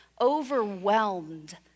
overwhelmed